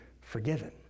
forgiven